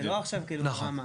זה לא עכשיו כאילו דרמה.